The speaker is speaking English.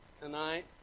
tonight